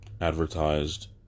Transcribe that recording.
advertised